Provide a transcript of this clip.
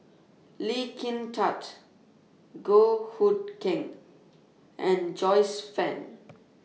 Lee Kin Tat Goh Hood Keng and Joyce fan